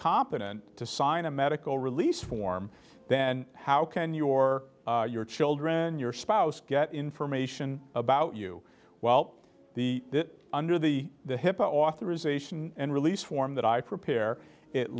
competent to sign a medical release form then how can you or your children your spouse get information about you while the under the the hipaa authorization and release form that i prepare